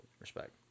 Respect